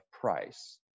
price